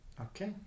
Okay